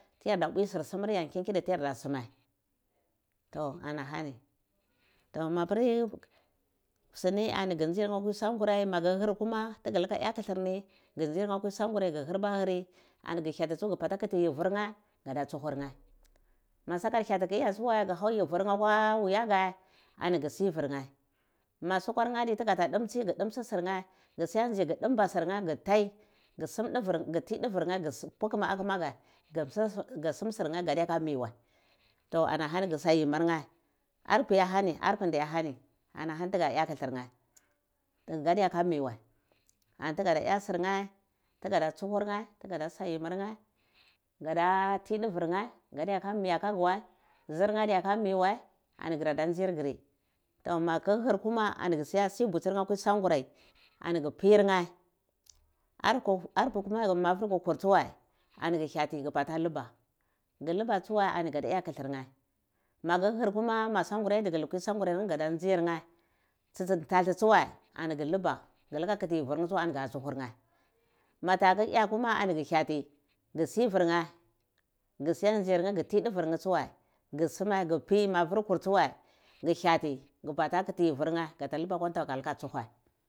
Ti yarda pwi sur sumar yar tin kidu kidu yarda sumai to anahani to mapri sini ani gu nzir nheh akwi san gurdi maguhir feuma tigilunga ya teilir ni ngi nzir nheh alewi sumugurai ani ngi ani ghu batah hrati tsu gu bata kiti yibur nheh ari gada tsuhurneh ma sahar hiati tsuwa an ga how yibur nhch afewa wuya geh ani gubivir nheh ma sufar nheh adi tuga ta ninci gu nimci sirnheh gu siya nima sirrheeh nanzi ghu toi ghu ti duvir neh gusum sirnheh gadyo ka miwoe to ana honi gu sa yimmu nheh apae ye hani arpin ndama hani ana honi tiga yo trilir nhoh ghini gadiyaka mi wai anti gada ya sir nheh tiga da tsuhar ntch tigada salmir nheh gada ti dovir nheh kadiya ka miaka gu wai zur nheh adiyaka mi wai ani grada nzir gur to magu hur ma gu sunwa sir bucir nhoh afewi sangurai ani gu pir nheh arpue kuma kur kama ani gha hyati ghu bata laba ghu laba tsuwai ani gadayo felir rheh magu hir kuma gha luku kwi songurair nheh tsi tsi ntali tsuwai gu tuba gu luba kiti yibo nheh ani ga hyati gu sivir nheh gu siyar nzir nheh gu ti duvir nheh tsuwai gu same gu pi ma vir hyati tsuwai gu hyofi gu bata kiti hibur nheh gan ta buba atiwa ntaku kaga tsuhwae.